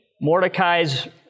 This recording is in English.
Mordecai's